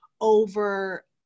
over